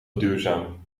duurzaam